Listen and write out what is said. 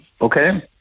okay